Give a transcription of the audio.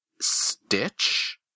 Stitch